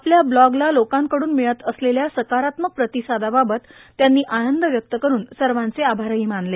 आपल्या ब्लॉगला लोकांकडून मिळत असलेल्या सकारात्मक प्रतिसादाबाबत त्यांनी आनंद व्यक्त करून सर्वाचे आभार मानले